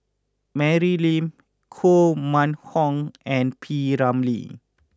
Mary Lim Koh Mun Hong and P Ramlee